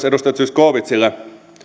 edustaja zyskowiczille